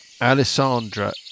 Alessandra